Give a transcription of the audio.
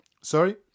Sorry